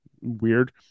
weird